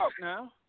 now